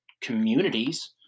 communities